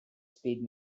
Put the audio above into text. speed